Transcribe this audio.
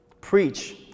Preach